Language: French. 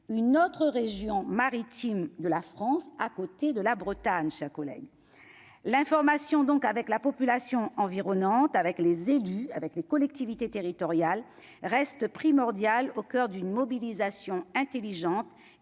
une autre région maritime de la France, à côté de la Bretagne, chers collègues, l'information, donc avec la population environnante, avec les élus, avec les collectivités territoriales reste primordial au coeur d'une mobilisation intelligente